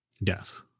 Yes